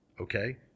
Okay